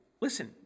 listen